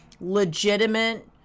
legitimate